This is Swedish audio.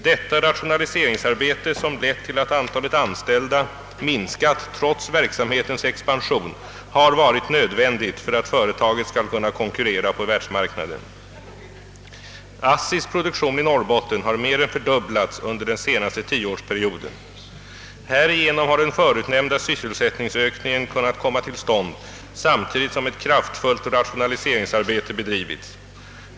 Detta rationaliseringsarbete, som lett till att antalet anställda minskat trots verksamhetens expansion, har varit nödvändigt för att företaget skall kunna konkurrera på världsmarknaden. ASSI:s produktion i Norrbotten har mer än fördubblats under den senaste tioårsperioden. Härigenom har den förutnämnda sysselsättningsökningen kunnat komma till stånd samtidigt som ett kraftfullt rationaliseringsarbete bedrivits.